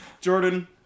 Jordan